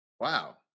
Wow